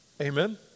Amen